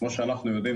כמו שאנחנו יודעים,